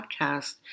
podcast